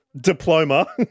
diploma